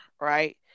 right